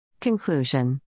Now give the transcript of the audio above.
Conclusion